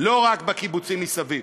לא רק בקיבוצים מסביב.